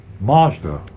Mazda